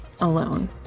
alone